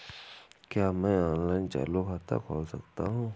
क्या मैं ऑनलाइन चालू खाता खोल सकता हूँ?